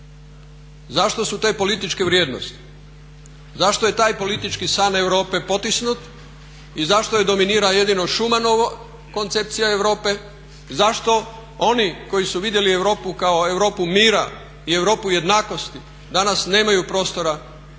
Zašto su te političke vrijednosti, zašto je taj politički san Europe potisnut i zašto dominira jedino Schumannova koncepcija Europe, zašto oni koji su vidjeli Europu kao Europu mira i Europu jednakosti danas nemaju prostora u